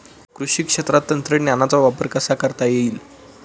कृषी क्षेत्रात तंत्रज्ञानाचा वापर कसा करता येईल?